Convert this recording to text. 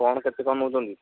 କ'ଣ କେତେ କ'ଣ ନେଉଛନ୍ତି